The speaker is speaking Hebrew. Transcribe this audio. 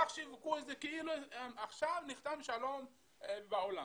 כך שיווקו את זה כאילו עכשיו נחתם שלום בעולם.